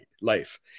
life